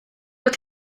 your